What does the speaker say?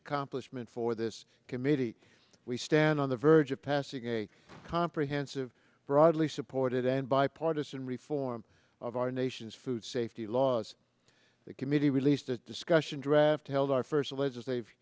accomplishment for this committee we stand on the verge of passing a comprehensive broadly supported and bipartisan reform of our nation's food safety laws the committee released a discussion draft held our first